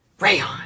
Rayon